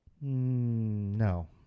No